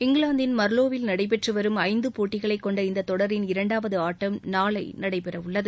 இங்கிலாந்தில் மா்லோவில் நடைபெற்று வரும் ஐந்து போட்டிகளைக் கொண்ட இந்த தொடரின் இரண்டாவது ஆட்டம் நாளை நடைபெறவுள்ளது